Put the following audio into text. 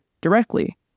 directly